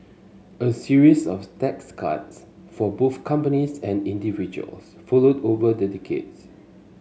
a series of tax cuts for both companies and individuals followed over the decades